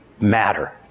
matter